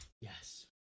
yes